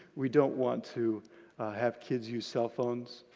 we don't want to have kids use cell phones.